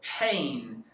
pain